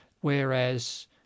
Whereas